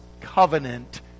covenant